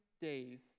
days